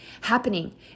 happening